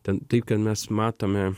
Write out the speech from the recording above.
ten taip kad mes matome